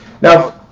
now